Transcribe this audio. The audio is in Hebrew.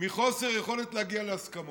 מחוסר יכולת להגיע להסכמות.